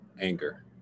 anger